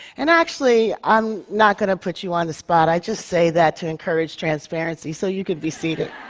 and actually i'm not gonna put you on the spot. i just say that to encourage transparency, so you can be seated.